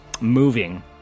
moving